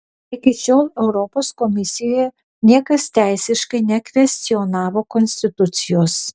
iki šiol europos komisijoje niekas teisiškai nekvestionavo konstitucijos